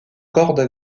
cordes